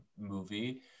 movie